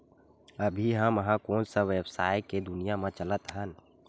अभी हम ह कोन सा व्यवसाय के दुनिया म चलत हन?